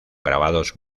grabados